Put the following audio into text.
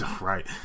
right